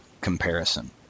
comparison